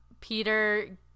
Peter